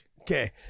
Okay